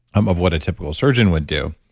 um of what a typical surgeon would do.